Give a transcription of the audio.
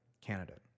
candidate